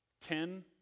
Ten